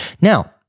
Now